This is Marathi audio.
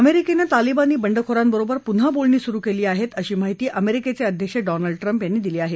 अमेरिकेनं तालिबानी बंडखोरांबरोबर पुन्हा बोलणी सुरु केली आहेत अशी माहिती अमेरिकेचे अध्यक्ष डोनाल्ड ट्रम्प यांनी दिली आहे